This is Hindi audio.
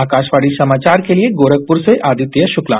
आकाशवाणी समाचार के लिए गोरखपुर से आदित्य शुक्ला